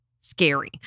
scary